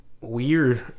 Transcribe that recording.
weird